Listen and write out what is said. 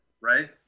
right